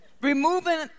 Removing